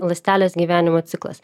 ląstelės gyvenimo ciklas